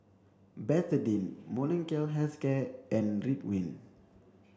Betadine Molnylcke health care and Ridwind